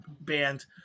band